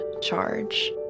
Charge